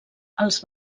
els